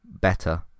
better